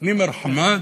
נימר חמאד.